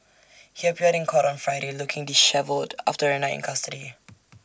he appeared in court on Friday looking dishevelled after A night in custody